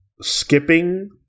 skipping